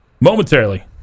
momentarily